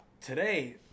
today